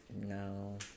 No